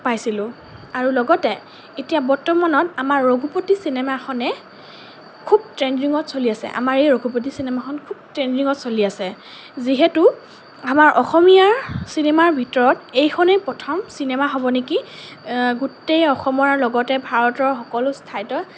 পাইছিলো আৰু লগতে এতিয়া বৰ্তমানত আমাৰ ৰঘুপতি চিনেমাখনে খুব ট্ৰেণ্ডিঙত চলি আছে আমাৰ এই ৰঘুপতি চিনেমাখন খুব ট্ৰেণ্ডিঙত চলি আছে যিহেতু আমাৰ অসমীয়া চিনেমাৰ ভিতৰত এইখনেই প্ৰথম চিনেমা হ'ব নেকি গোটেই অসমৰ লগতে ভাৰতৰ সকলো ঠাইতে